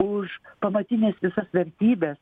už pamatines visas vertybes